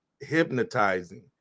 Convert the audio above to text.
hypnotizing